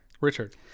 richard